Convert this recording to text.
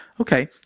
okay